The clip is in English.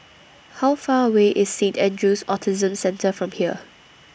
How Far away IS Saint Andrew's Autism Centre from here